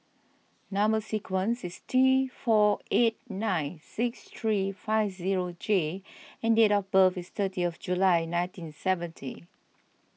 Number Sequence is T four eight nine six three five zero J and date of birth is thirtieth July nineteen seventy